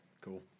Cool